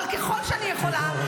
אבל ככל שאני יכולה,